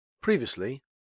Previously